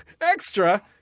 extra